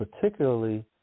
particularly